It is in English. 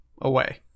away